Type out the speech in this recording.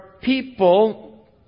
People